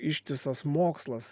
ištisas mokslas